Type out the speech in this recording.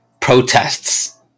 protests